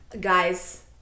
guys